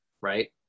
Right